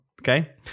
Okay